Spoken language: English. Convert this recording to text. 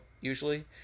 usually